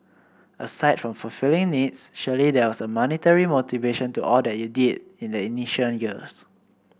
aside from fulfilling needs surely there was a monetary motivation to all that you did in the initial years